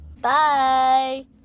Bye